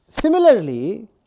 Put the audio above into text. Similarly